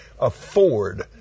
afford